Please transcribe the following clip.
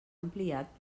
ampliat